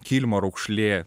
kilimo raukšlė